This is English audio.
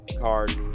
card